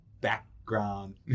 background